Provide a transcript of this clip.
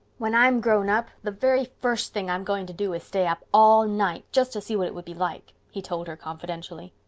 when i'm grown up the very first thing i'm going to do is stay up all night just to see what it would be like, he told her confidentially.